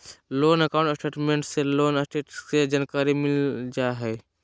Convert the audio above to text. loan account statement से loan status के जानकारी मिल जा हय